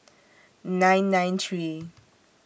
nine nine three